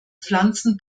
pflanzen